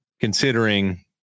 considering